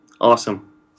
awesome